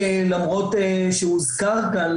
למרות שהוזכר כאן,